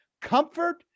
comfort